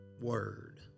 word